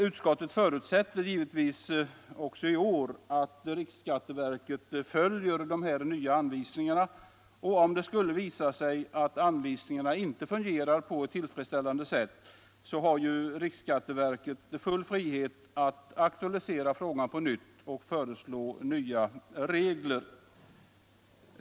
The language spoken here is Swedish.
Utskottet förutsätter givetvis också i år att riksskatteverket följer de nya anvisningarna. Om det skulle visa sig att anvisningarna inte fungerar på ett tillfredsställande sätt, har riksskatteverket full frihet att aktualisera frågan på nytt och föreslå nya regler.